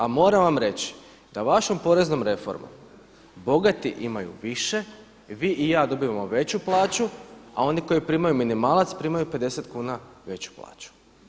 A moram vam reći da vašom poreznom reformom bogati imaju više, vi i ja dobivamo veću plaću, a oni koji primaju minimalac primaju 50 kuna veću plaću.